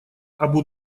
абу